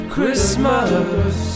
Christmas